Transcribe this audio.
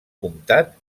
comtat